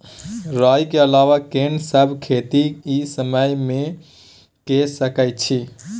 राई के अलावा केना सब खेती इ समय म के सकैछी?